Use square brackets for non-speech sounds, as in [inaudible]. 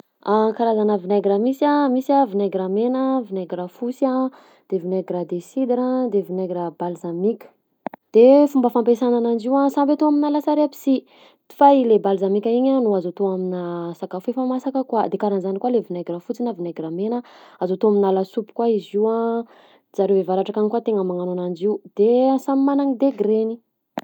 [hesitation] Karazana vinaigra misy a: misy a vinaigra mena, vinaigra fosy a, de vinaigra de cidre a, de vinaigra balsamique. [noise] De fomba fampiasana ananjy io samy atao aminà lasary aby si, fa ilay balsamique igny a no azo atao aminà sakafo efa masaka koa, de karahan'zany koa le vinaigra fotsy na vinaigra mena, azo atao aminà lasopy koa izy io a, jareo i avaratra akagny koa tegna magnano ananjy io de samy magnana ny degreny.